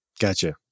Gotcha